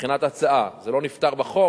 מבחינת הצעה, זה לא נפתר בחוק.